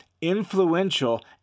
influential